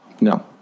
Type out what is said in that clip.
No